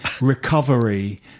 recovery